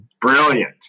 Brilliant